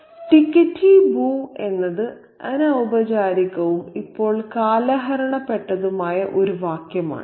ടിക്കറ്റി boo എന്നത് അനൌപചാരികവും ഇപ്പോൾ കാലഹരണപ്പെട്ടതുമായ ഒരു വാക്യമാണ്